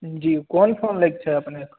जी कोन फोन लैके छै अपने